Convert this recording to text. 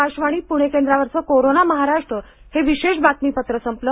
आकाशवाणी पुणे केंद्रावरचं कोरोना महाराष्ट्र हे विशेष बातमीपत्र संपलं